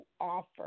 offer